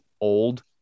old